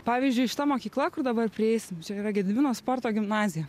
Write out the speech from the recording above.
pavyzdžiui šita mokykla kur dabar prieisim čia yra gedimino sporto gimnazija